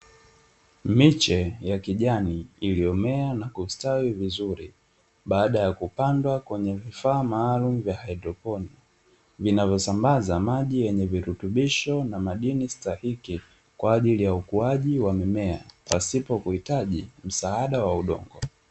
Miche ya kijani iliyomea na kustawi vizuri baada ya kupandwa kwenye vifaa maalumu vya haidroponi, vinavyosambaza maji yenye virutubisho na madini stahiki kwa ajili ya ukuaji wa mimea pasipo kuhitaji msaada wa udongo.